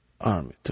army